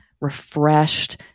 refreshed